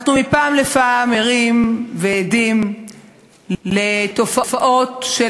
אנחנו מפעם לפעם ערים ועדים לתופעות של